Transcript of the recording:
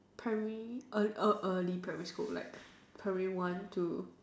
primary ear~ ear~ early primary school like primary one two